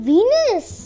Venus